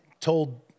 told